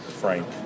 Frank